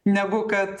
negu kad